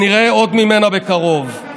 ונראה עוד ממנה בקרוב.